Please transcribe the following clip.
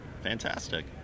Fantastic